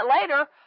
later